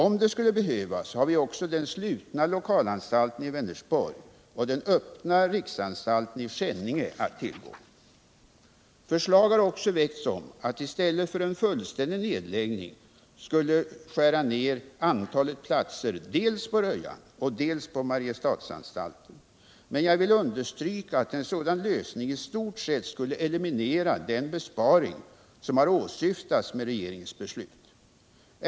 Om det skulle behövas, har vi också den slutna lokalanstalten i Vänersborg och den öppna riksanstalten i Skänninge att tillgå Förslag har också väckts om att, i stället för en fullständig nedläggning, antalet platser skulle skäras ner dels på Rödjan, dels på Mariestadsanstalten. Jag vill understryka att en sådan lösning i stort sett skulle eliminera den besparing som har åsyftats med regeringens beslut.